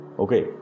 Okay